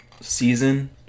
Season